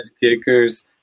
kickers